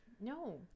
No